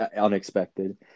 unexpected